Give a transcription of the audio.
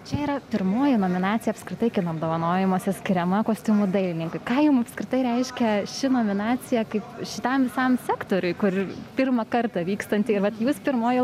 čia yra pirmoji nominacija apskritai kino apdovanojimuose skiriama kostiumų dailininkui ką jum apskritai reiškia ši nominacija kaip šitam visam sektoriui kur pirmą kartą vykstanti ir vat jūs pirmoji